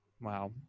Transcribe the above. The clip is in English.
Wow